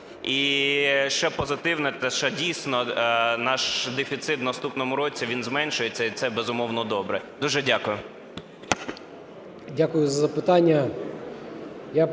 І ще позитивне те, що дійсно наш дефіцит в наступному році, він зменшується, і це, безумовно, добре. Дуже дякую. 11:55:30 МАРЧЕНКО